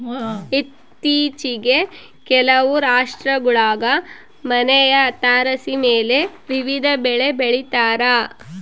ಇತ್ತೀಚಿಗೆ ಕೆಲವು ರಾಷ್ಟ್ರಗುಳಾಗ ಮನೆಯ ತಾರಸಿಮೇಲೆ ವಿವಿಧ ಬೆಳೆ ಬೆಳಿತಾರ